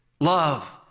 Love